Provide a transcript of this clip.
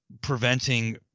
preventing